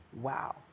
Wow